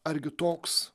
argi toks